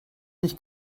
nicht